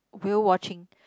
whale watching